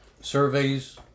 surveys